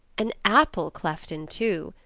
an apple cleft in two,